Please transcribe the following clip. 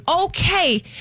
okay